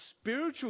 spiritual